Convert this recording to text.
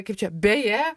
kaip čia beje